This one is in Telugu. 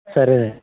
సరేనండి